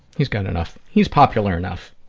he's got enough. he's popular enough.